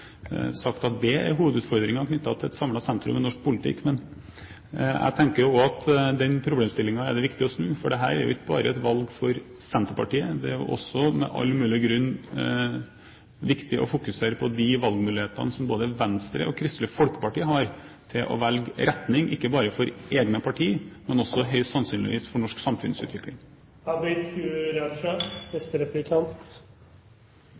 sagt at det er hovedutfordringene knyttet til et samlet sentrum i norsk politikk. Men jeg tenker jo også at den problemstillingen er det viktig å snu, for dette er jo ikke bare et valg for Senterpartiet, det er også med all mulig grunn viktig å fokusere på de valgmulighetene som både Venstre og Kristelig Folkeparti har til å velge retning, ikke bare for egne parti, men også høyst sannsynlig for norsk samfunnsutvikling.